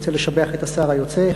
אני רוצה לשבח את השר היוצא,